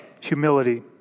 humility